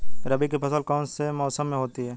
रबी की फसल कौन से मौसम में होती है?